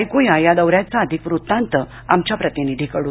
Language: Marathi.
ऐक्या या दौऱ्याचा अधिक वृत्तांत आमच्या प्रतिनिधीकडून